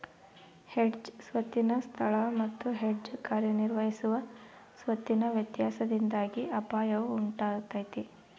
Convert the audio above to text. hedge ಸ್ವತ್ತಿನ ಸ್ಥಳ ಮತ್ತು ಹೆಡ್ಜ್ ಕಾರ್ಯನಿರ್ವಹಿಸುವ ಸ್ವತ್ತಿನ ವ್ಯತ್ಯಾಸದಿಂದಾಗಿ ಅಪಾಯವು ಉಂಟಾತೈತ